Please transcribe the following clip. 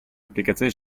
applicazioni